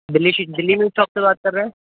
دلی دلی میٹ ساپ سے بات کر رہے ہیں